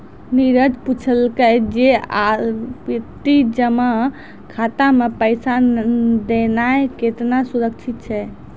नीरज पुछलकै जे आवर्ति जमा खाता मे पैसा देनाय केतना सुरक्षित छै?